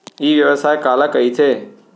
ई व्यवसाय काला कहिथे?